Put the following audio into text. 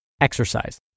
exercise